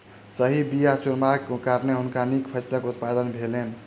सही बीया चुनलाक कारणेँ हुनका नीक फसिलक उत्पादन भेलैन